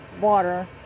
water